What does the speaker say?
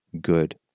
good